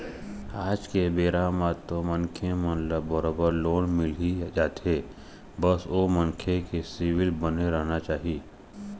आज के बेरा म तो मनखे मन ल बरोबर लोन मिलही जाथे बस ओ मनखे के सिविल बने रहना चाही